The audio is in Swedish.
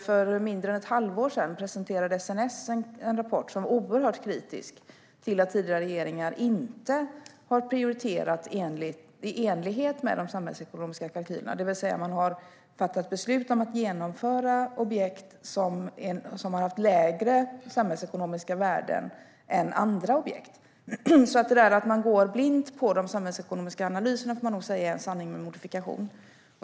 För mindre än ett halvår sedan presenterade SNS en rapport som var oerhört kritisk till att tidigare regeringar inte har prioriterat i enlighet med de samhällsekonomiska kalkylerna. Det vill säga att man har fattat beslut om att genomföra objekt som har haft lägre samhällsekonomiska värden än andra objekt. Så detta att man går blint på de samhällsekonomiska analyserna är nog en sanning med modifikation.